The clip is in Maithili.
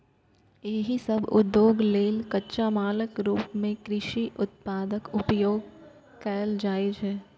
एहि सभ उद्योग लेल कच्चा मालक रूप मे कृषि उत्पादक उपयोग कैल जाइ छै